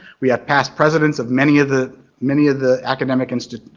we have past presidents of many of the many of the academic institutions.